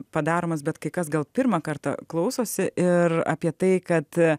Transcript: padaromas bet kai kas gal pirmą kartą klausosi ir apie tai kad